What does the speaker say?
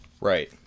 Right